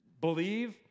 believe